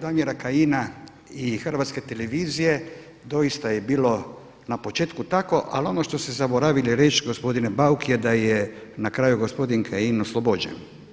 Damira Kajina i Hrvatske televizije doista je bilo na početku tako ali ono što ste zaboravili reći gospodine Bauk je da je na kraju gospodin Kajin oslobođen.